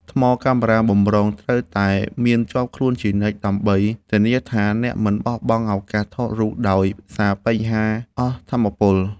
ថ្មកាមេរ៉ាបម្រុង ត្រូវតែមានជាប់ខ្លួនជានិច្ច ដើម្បីធានាថាអ្នកមិនបាត់បង់ឱកាសថតរូបដោយសារបញ្ហាអស់ថាមពល។